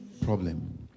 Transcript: problem